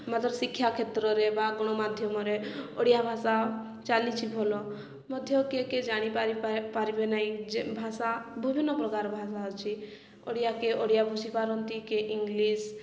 ମଦର ଶିକ୍ଷା କ୍ଷେତ୍ରରେ ବା ଗଣମାଧ୍ୟମରେ ଓଡ଼ିଆ ଭାଷା ଚାଲିଛିି ଭଲ ମଧ୍ୟ କିଏ କିଏ ଜାଣିପାର ପାରିବେ ନାହିଁ ଯେ ଭାଷା ବିଭିନ୍ନ ପ୍ରକାର ଭାଷା ଅଛି ଓଡ଼ିଆ କିଏ ଓଡ଼ିଆ ବୁଝିପାରନ୍ତି କିଏ ଇଂଲିଶ